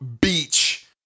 Beach